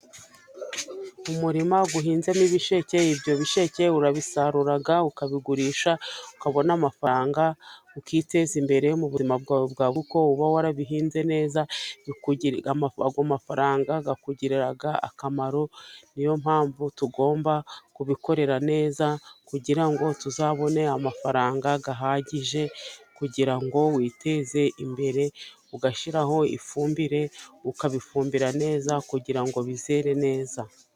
Umurima uhinzemo ibisheke, ibyo bisheke urabisarura ukabigurisha ukabona amafaranga ukiteza imbere mu buzima bwawe, kuko uba warabihinze neza. Ayo amafaranga akugirira akamaro, niyo mpamvu tugomba kubikorera neza kugira ngo tuzabone amafaranga ahagije, kugira ngo witeze imbere, ugashyiraho ifumbire, ukabifumbira neza kugira ngo bizere neza.